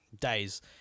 days